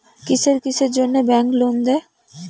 কিসের কিসের জন্যে ব্যাংক লোন দেয়?